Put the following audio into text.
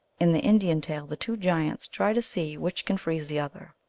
in the indian tale the two giants try to see which can freeze the other.